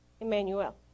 Emmanuel